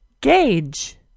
gauge